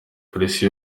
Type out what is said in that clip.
polisi